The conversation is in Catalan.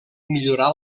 millorar